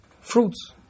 fruits